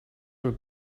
were